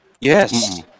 yes